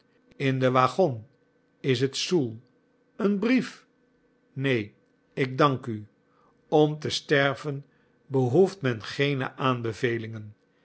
in den waggon is het zoel een brief neen ik dank u om te sterven behoeft men geene aanbevelingen